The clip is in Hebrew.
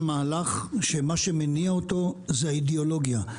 מהלך שמה שמניע אותו זו האידיאולוגיה.